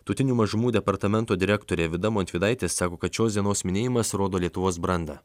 tautinių mažumų departamento direktorė vida montvydaitė sako kad šios dienos minėjimas rodo lietuvos brandą